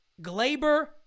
Glaber